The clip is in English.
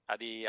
Adi